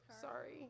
Sorry